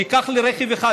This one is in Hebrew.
שייקח רכב אחד,